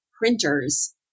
printers